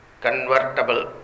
convertible